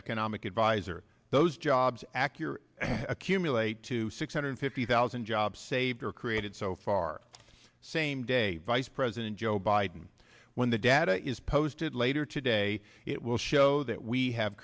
economic advisor those jobs accurate accumulate to six hundred fifty thousand jobs saved or created so far same day vice president joe biden when the data is posted later today it will show that we have